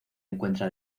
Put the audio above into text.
encuentra